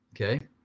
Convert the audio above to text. Okay